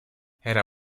era